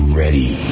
ready